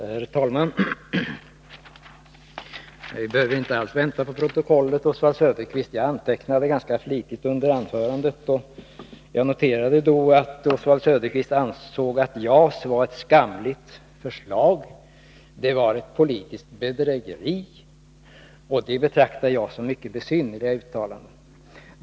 Herr talman! Vi behöver inte alls vänta på protokollet, Oswald Söderqvist. Jag antecknade ganska flitigt under anförandet, och jag noterade då att Oswald Söderqvist ansåg att förslaget om JAS är ett skamligt förslag och ett politiskt bedrägeri — och det betraktar jag som mycket besynnerliga uttalanden.